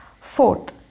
Fourth